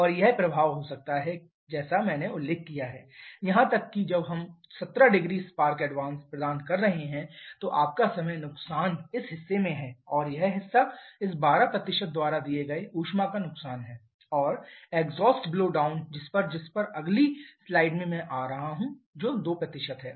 और यह प्रभाव हो सकता है जैसा कि मैंने उल्लेख किया है यहां तक कि जब हम 170 स्पार्क एडवांस प्रदान कर रहे हैं तो आपका समय नुकसान इस हिस्से में है और यह हिस्सा इस 12 द्वारा दिए गए ऊष्मा का नुकसान है और एग्जॉस्ट ब्लो डाउन जिस पर जिस पर अगली स्लाइड में मैं आ रहा हूं जो 2 है